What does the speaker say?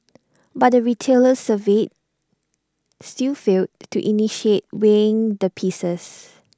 but the retailers surveyed still failed to initiate weighing the pieces